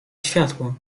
światło